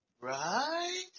Right